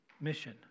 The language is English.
mission